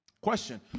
question